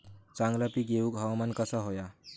चांगला पीक येऊक हवामान कसा होया?